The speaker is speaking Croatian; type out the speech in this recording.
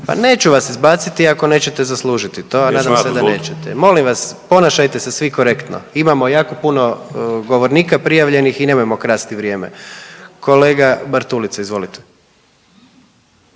Neću vam ja dozvolit. **Jandroković, Gordan (HDZ)** Molim vas ponašajte se svi korektno. Imamo jako puno govornika prijavljenih i nemojmo krasti vrijeme. Kolega Bartulica, izvolite.